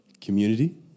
Community